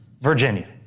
Virginia